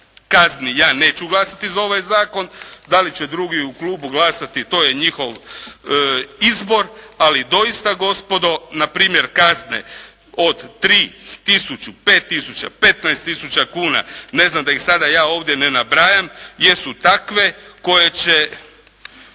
kazni ja neću glasati za ovaj zakon, da li će drugi u klubu glasati to je njihov izbor, ali doista gospodo npr. kazne od 3 tisuće, 5 tisuća, 15 tisuća kuna ne znam da ih sada ja ovdje ne nabrajam, jesu takve koje će